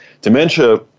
dementia